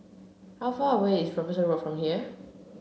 how far away is Robinson Road from here